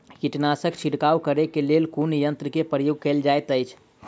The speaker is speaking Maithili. कीटनासक छिड़काव करे केँ लेल कुन यंत्र केँ प्रयोग कैल जाइत अछि?